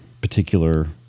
particular